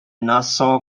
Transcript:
nassau